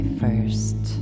first